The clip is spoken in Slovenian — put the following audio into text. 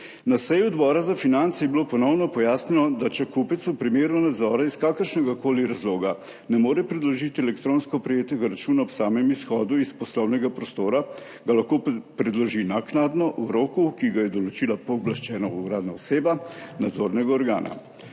Na seji Odbora za finance je bilo ponovno pojasnjeno, če kupec v primeru nadzora iz kakršnegakoli razloga ne more predložiti elektronsko prejetega računa ob samem izhodu iz poslovnega prostora, ga lahko predloži naknadno v roku, ki ga je določila pooblaščena uradna oseba nadzornega organa.